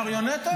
מריונטות?